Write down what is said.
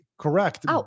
correct